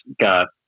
got